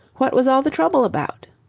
what was all the trouble about?